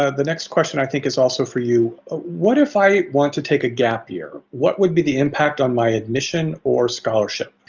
ah the next question i think is also for you ah what if i want to take a gap year? what would be the impact on my admission or scholarship?